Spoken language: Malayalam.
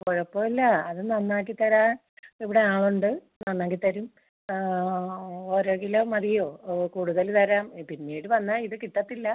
കുഴപ്പമില്ല അത് നന്നാക്കി തരാൻ ഇവിടെ ആളുണ്ട് നന്നാക്കി തരും ആ ഓരോ കിലോ മതിയോ കൂടുതൽ തരാം പിന്നീട് വന്നാൽ ഇത് കിട്ടത്തില്ല